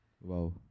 Wow